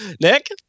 Nick